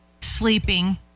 Sleeping